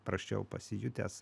prasčiau pasijutęs